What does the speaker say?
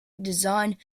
design